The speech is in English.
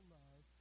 love